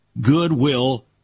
goodwill